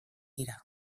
dira